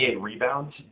rebounds